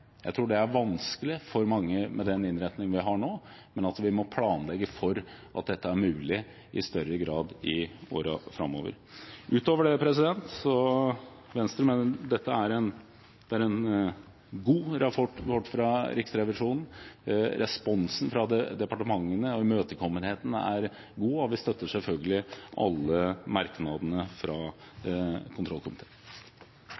Jeg tror det er vanskelig for mange med den innretningen vi har nå, men vi må planlegge for at dette i større grad er mulig i årene framover. Utover det mener Venstre at dette er en god rapport fra Riksrevisjonen. Responsen fra departementene og imøtekommenheten er god, og vi støtter selvfølgelig alle merknadene fra